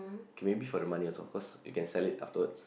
okay maybe for the money also cause you can sell it afterwards